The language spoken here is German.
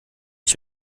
ich